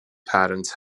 patterns